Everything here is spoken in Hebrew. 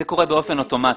זה קורה באופן אוטומטי.